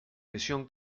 misión